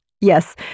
Yes